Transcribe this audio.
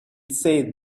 said